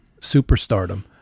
superstardom